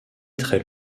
très